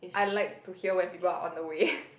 I like to hear when people are on the way